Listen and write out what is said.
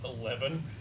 Eleven